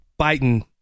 Biden